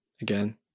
again